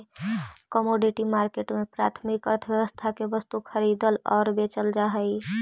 commodity market में प्राथमिक अर्थव्यवस्था के वस्तु खरीदी आऊ बेचल जा हइ